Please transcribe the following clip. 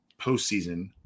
postseason –